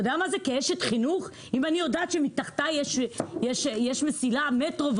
אתה יודע מה זה כאשת חינוך אם אני יודעת שמתחתיי יש מסילת מטרו,